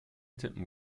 tippen